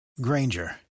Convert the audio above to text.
Granger